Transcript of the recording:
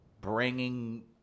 bringing